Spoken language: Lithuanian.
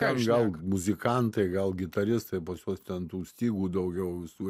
ten gal muzikantai gal gitaristai pas tuos ten tų stygų daugiau visų